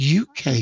UK